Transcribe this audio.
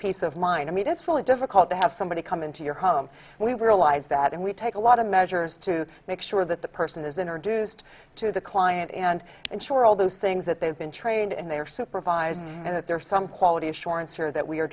peace of mind i mean it's really difficult to have somebody come into your home and we were allies that and we take a lot of measures to make sure that the person is introduced to the client and ensure all those things that they've been trained and they are supervised and that there are some quality assurance here that we are